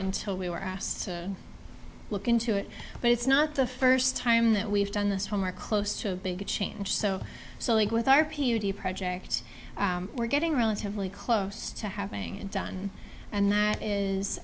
until we were asked to look into it but it's not the first time that we've done this home or close to a big and so so league with r p g projects we're getting relatively close to having it done and that is